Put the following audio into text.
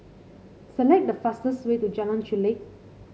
select the fastest way to Jalan Chulek